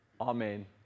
Amen